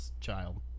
child